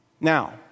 Now